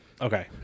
Okay